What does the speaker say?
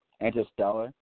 Interstellar